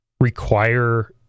require